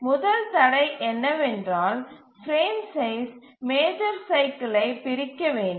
முதல் தடை என்னவென்றால் பிரேம் சைஸ் மேஜர் சைக்கிலை பிரிக்க வேண்டும்